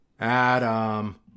Adam